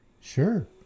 Sure